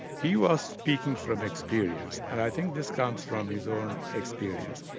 he was speaking from experience, and i think this comes from his own experience.